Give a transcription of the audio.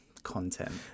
content